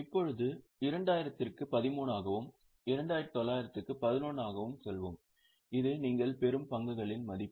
இப்போது 2000 க்கு 13 ஆகவும் 2900 க்கு 11 ஆகவும் வரையறுப்போம் இது முடிக்கப்பட்ட பங்குகளின் மதிப்பு